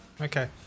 okay